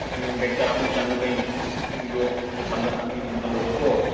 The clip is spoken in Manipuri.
ꯁꯤꯃꯦꯟ ꯕꯦꯛ ꯇꯥꯔꯥꯃꯨꯛ ꯆꯪꯒꯅꯤ ꯑꯗꯨ ꯌꯣꯠ ꯕꯟꯗꯜ ꯑꯅꯤꯒꯨꯝꯕ ꯂꯧꯔꯣꯀꯣ